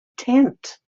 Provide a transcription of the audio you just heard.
tent